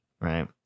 right